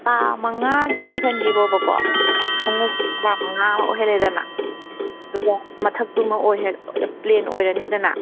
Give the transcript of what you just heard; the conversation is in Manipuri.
ꯀꯥ ꯃꯉꯥꯒꯤ ꯑꯣꯏꯍꯟꯕꯤꯔꯣꯕꯀꯣ ꯈꯣꯡꯎꯞ ꯀꯥ ꯃꯉꯥ ꯑꯣꯏꯍꯜꯂꯦꯗꯅ ꯑꯗꯨꯒ ꯃꯊꯛꯇꯨ ꯑꯃ ꯄ꯭ꯂꯦꯟ ꯑꯣꯏꯔꯅꯤꯗꯅ